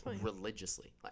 religiously